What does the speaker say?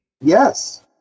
Yes